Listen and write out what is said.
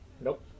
Nope